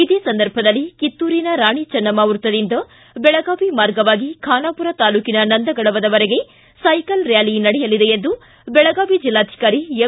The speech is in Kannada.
ಇದೇ ಸಂದರ್ಭದಲ್ಲಿ ಕಿತ್ತೂರಿನ ರಾಣಿ ಚನ್ನಮ್ಮ ವ್ಯಕ್ತದಿಂದ ಬೆಳಗಾವಿ ಮಾರ್ಗವಾಗಿ ಖಾನಾಪುರ ತಾಲ್ಲೂಕಿನ ನಂದಗಡದವರೆಗೆ ಸೈಕಲ್ ರ್ನಾಲಿ ನಡೆಯಲಿದೆ ಎಂದು ಬೆಳಗಾವಿ ಜಿಲ್ಲಾಧಿಕಾರಿ ಎಂ